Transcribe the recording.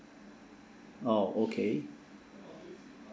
oh okay